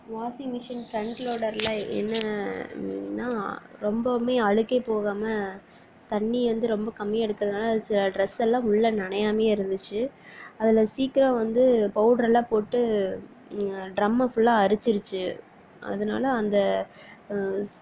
washing machine front லோடரில் என்ன இதுனால் ரொம்பவுமே அழுக்கே போகாமல் தண்ணி வந்து ரொம்ப கம்மியாக எடுக்கிறதுனால அதில் சில ட்ரெஸ்செல்லாம் உள்ளே நனையாமையே இருந்துச்சு அதில் சீக்கிரம் வந்து பவுடர் எல்லாம் போட்டு ட்ரம்மை ஃபுல்லாக அரிச்சிருச்சு அதனால அந்த